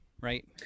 right